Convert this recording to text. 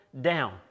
down